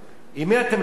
עם מי אתם מדברים פה?